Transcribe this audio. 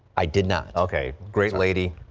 i did not okay great lady,